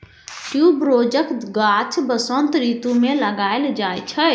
ट्युबरोजक गाछ बसंत रितु मे लगाएल जाइ छै